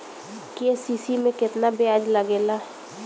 KCC में केतना ब्याज लगेला?